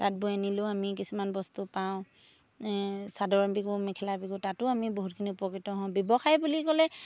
তাঁত বৈ আনিলেও আমি কিছুমান বস্তু পাওঁ চাদৰ বিকো মেখেলা বিকো তাতো আমি বহুতখিনি উপকৃত হওঁ ব্যৱসায় বুলি ক'লে